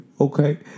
okay